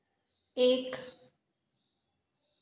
एक